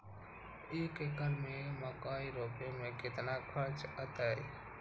एक एकर में मकई रोपे में कितना खर्च अतै?